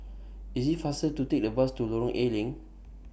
IT IS faster to Take The Bus to Lorong A Leng